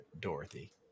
Dorothy